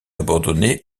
abandonné